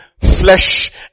flesh